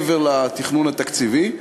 מעבר לתכנון התקציבי.